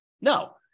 No